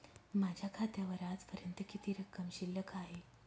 माझ्या खात्यावर आजपर्यंत किती रक्कम शिल्लक आहे?